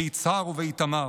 ביצהר ובאיתמר.